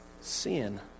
Sin